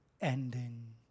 ending